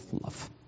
love